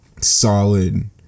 solid